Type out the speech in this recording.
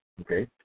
Okay